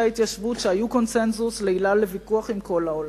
ההתיישבות שהיו קונסנזוס לעילה לוויכוח עם כל העולם.